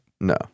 No